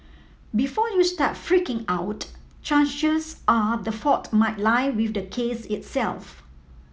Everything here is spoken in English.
before you start freaking out chances are the fault might lie with the case itself